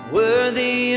worthy